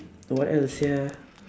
what else sia